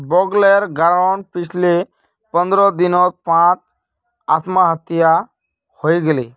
बगलेर गांउत पिछले पंद्रह दिनत पांच आत्महत्या हइ गेले